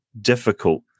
difficult